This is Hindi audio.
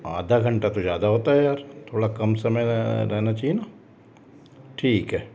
आधा घंटा तो ज़्यादा होता है यार थोड़ा काम समय में रहना चाहिए ना ठीक है